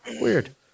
weird